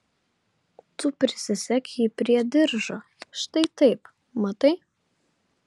tu prisisek jį prie diržo štai taip matai